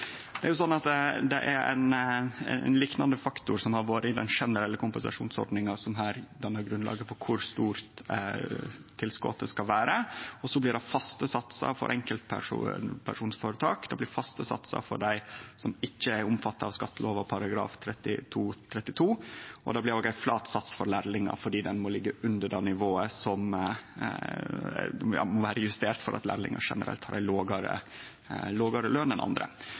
Det er ein liknande faktor som har vore i den generelle kompensasjonsordninga som her dannar grunnlaget for kor stort tilskotet skal vere. Det blir faste satsar for enkeltpersonføretak og for dei som ikkje er omfatta av skattelova § 2-32, og det blir òg ein flat sats for lærlingar fordi han må vere justert for at lærlingar generelt har lågare løn enn andre. Som eg var inne på, er det nokre stader komiteen skil seg. Det gjeld § 5-4, som handlar om tidspunktet for